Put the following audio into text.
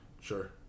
Sure